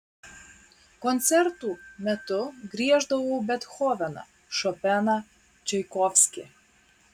koncertų metu grieždavau bethoveną šopeną čaikovskį